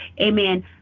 amen